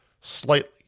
slightly